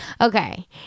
Okay